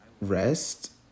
rest